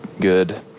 good